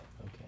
okay